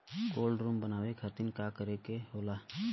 Cold room बनावे खातिर का करे के होला?